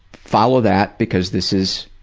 follow that because this is,